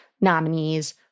nominees